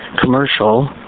commercial